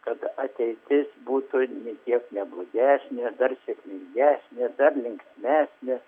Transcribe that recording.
kad ateitis būtų nė kiek neblogesnė dar sėkmingesnė dar linksmesnė